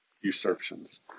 usurpations